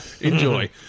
Enjoy